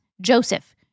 Joseph